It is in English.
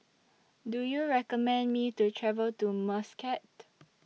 Do YOU recommend Me to travel to Muscat